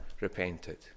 repented